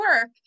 work